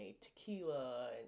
tequila